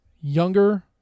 younger